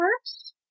works